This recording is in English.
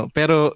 pero